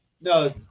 No